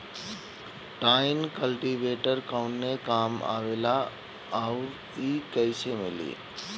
Tine cultivator कवने काम आवेला आउर इ कैसे मिली?